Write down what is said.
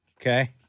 Okay